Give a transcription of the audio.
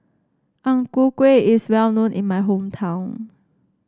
Ang Ku Kueh is well known in my hometown